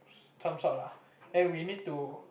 some sort lah then we need to